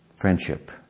friendship